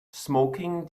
smoking